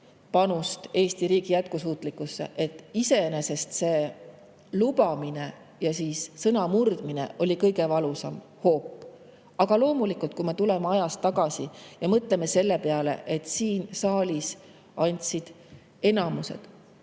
panust Eesti riigi jätkusuutlikkusse. Iseenesest oli lubamine ja siis sõna murdmine kõige valusam hoop. Aga loomulikult, kui me tuleme ajas tagasi ja mõtleme selle peale, et siin saalis andis enamus